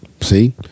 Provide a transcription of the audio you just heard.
See